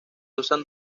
usan